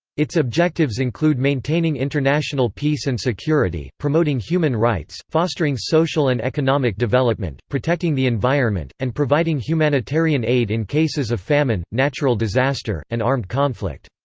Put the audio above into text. its objectives include maintaining international peace and security, promoting human rights, fostering social and economic development, protecting the environment, and providing humanitarian aid in cases of famine, natural disaster, and armed conflict.